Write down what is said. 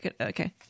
okay